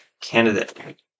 candidate